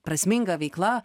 prasminga veikla